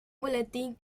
boletín